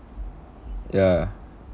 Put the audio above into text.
ya